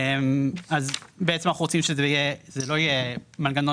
אז בעצם אנחנו רוצים שזה לא יהיה מנגנון